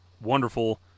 wonderful